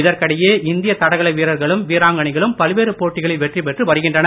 இதற்கிடையே இந்திய தடகள வீரர்களும் வீராங்கனைகளும் பல்வேறு போட்டிகளில் வெற்றி பெற்று வருகின்றனர்